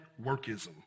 workism